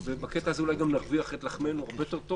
ובקטע הזה גם נרוויח את לחמנו הרבה יותר טוב